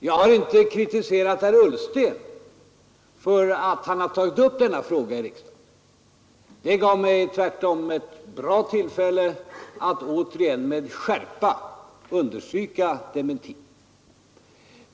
Jag har inte kritiserat herr Ullsten för att han tagit upp denna fråga i riksdagen. Det gav mig tvärtom ett bra tillfälle att återigen med skärpa understryka dementin.